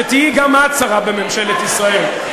שתהיי גם את שרה בממשלת ישראל.